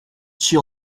she